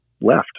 left